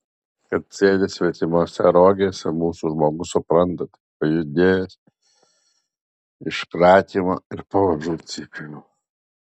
kad sėdi svetimose rogėse mūsų žmogus supranta tik pajudėjęs iš kratymo ir pavažų cypimo